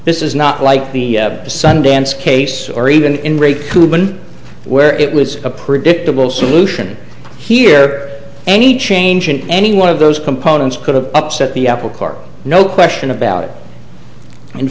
this is not like the sundance case or even where it was a predictable solution here any change and any one of those components could have upset the apple cart no question about it in